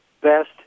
best